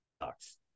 sucks